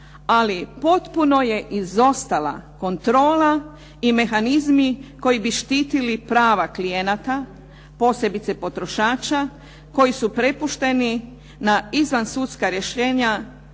Ali potpuno je izostala kontrola i mehanizmi koji bi štitili prava klijenata, posebice potrošača koji su prepušteni na izvansudska rješenja,